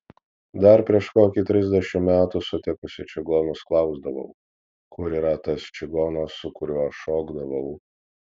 dar prieš kokį trisdešimt metų sutikusi čigonus klausdavau kur yra tas čigonas su kuriuo šokdavau